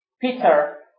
Peter